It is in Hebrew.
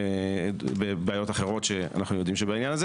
בעיות אחרות שאנו יודעים עליהן,